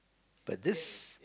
but this